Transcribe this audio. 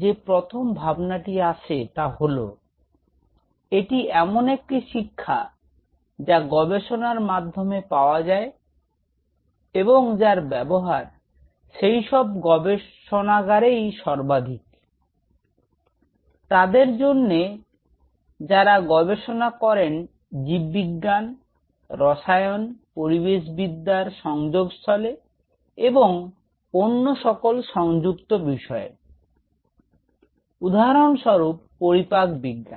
যে প্রথম ভাবনাটি আসে তা হল এটি এমন একটি শিক্ষা যা গবেষণার মাধ্যমে পাওয়া যায় এবং যার ব্যবহার সেই সব গবেষণাগারেই সর্বাধিক তাদের জন্যে যারা গবেষণা করেন জীববিজ্ঞান রসায়ন পরিবেশবিদ্যার সংযোগস্থলে এবং অন্য সকল সংযুক্ত বিষয়ে উদাহরণস্বরুপ পরিপাক বিজ্ঞান